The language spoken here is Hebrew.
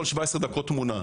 כל 17 דקות יש לי תמונה.